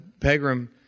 Pegram